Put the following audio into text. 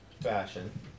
fashion